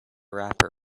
wrapper